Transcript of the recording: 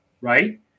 right